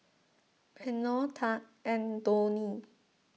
Reino Tahj and Donnie